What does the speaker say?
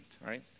right